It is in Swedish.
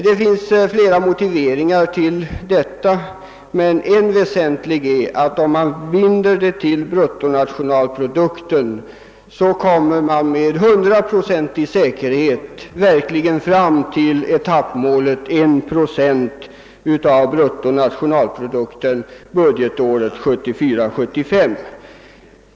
Det finns flera motiveringar till detta, men en väsentlig är att om man binder procentsatsen till bruttonationalprodukten, så kommer man med hundraprocentig säkerhet att verkligen uppnå etappmålet 1 procent av bruttonationalprodukten budgetåret 1974/75.